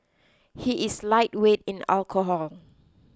he is lightweight in alcohol